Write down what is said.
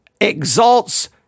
exalts